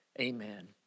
Amen